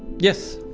yes.